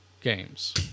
games